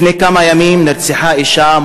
לפני כמה ימים נרצחה אישה,